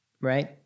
right